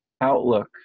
outlook